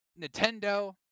Nintendo